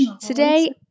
Today